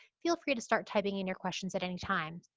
feel free to start typing in your questions at any time.